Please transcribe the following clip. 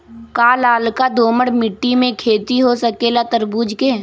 का लालका दोमर मिट्टी में खेती हो सकेला तरबूज के?